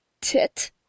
tit